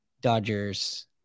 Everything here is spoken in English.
Dodgers